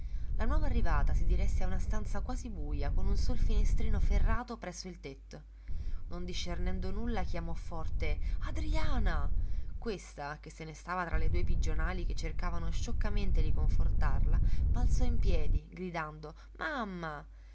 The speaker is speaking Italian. la nuova arrivata si diresse a una stanza quasi buja con un sol finestrino ferrato presso il tetto non discernendo nulla chiamò forte adriana questa che se ne stava tra le due pigionali che cercavano scioccamente di confortarla balzò in piedi gridando mamma